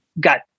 got